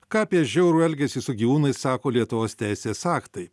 ką apie žiaurų elgesį su gyvūnais sako lietuvos teisės aktai